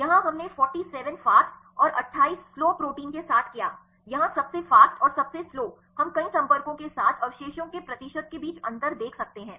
यहां हमने 47 फ़ास्ट और 28 स्लो प्रोटीन के साथ किया यहां सबसे फ़ास्ट और सबसे स्लो हम कई संपर्कों के साथ अवशेषों के प्रतिशत के बीच अंतर देख सकते हैं